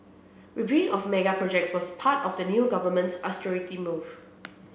reviewing of mega projects was part of the new government's austerity move